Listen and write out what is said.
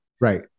Right